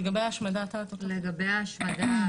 לגבי ההשמדה,